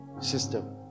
system